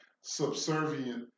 subservient